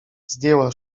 zdjęła